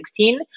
2016